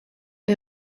wir